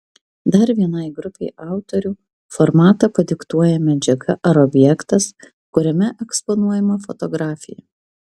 dar vienai grupei autorių formatą padiktuoja medžiaga ar objektas kuriame eksponuojama fotografija